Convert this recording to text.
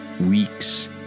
weeks